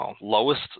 lowest